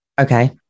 Okay